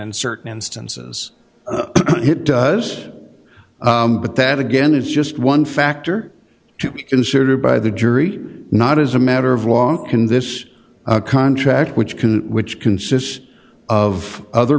and certain instances it does but that again is just one factor to consider by the jury not as a matter of law can this contract which can which consists of other